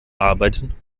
arbeiten